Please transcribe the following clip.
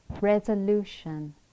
resolution